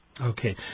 Okay